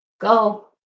Go